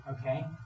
okay